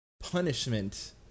punishment